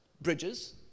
Bridges